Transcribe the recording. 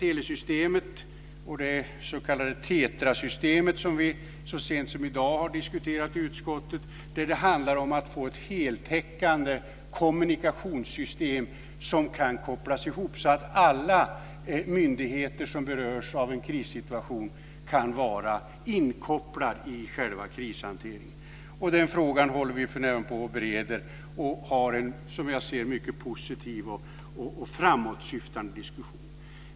Telesystemet och det s.k. TETRA-systemet, som vi så sent som i dag har diskuterat i utskottet, handlar om att få ett heltäckande kommunikationssystem som kan kopplas ihop så att alla myndigheter som berörs av en krissituation kan vara inkopplade i själva krishanteringen. Den frågan håller vi för närvarande på och bereder och har en, som jag ser det, mycket positiv och framåtsyftande diskussion.